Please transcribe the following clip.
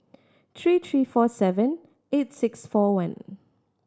three three four seven eight six four one